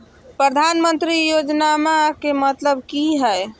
प्रधानमंत्री योजनामा के मतलब कि हय?